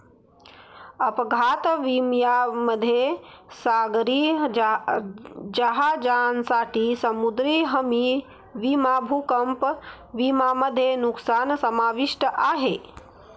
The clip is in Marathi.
अपघात विम्यामध्ये सागरी जहाजांसाठी समुद्री हमी विमा भूकंप विमा मध्ये नुकसान समाविष्ट आहे